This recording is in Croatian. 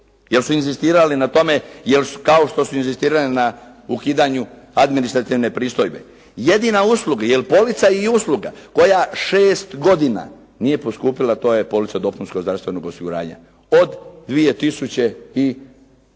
jer su inzistirali na tome, jer kao što su inzistirali na ukidanju administrativne pristojbe. Jedina usluga, jer bolnica je usluga koja 6 godina nije poskupila, to je polica dopunskog zdravstvenog osiguranja od 2002.,